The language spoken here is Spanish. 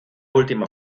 última